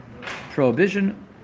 prohibition